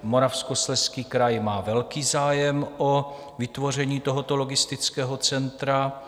Moravskoslezský kraj má velký zájem o vytvoření tohoto logistického centra.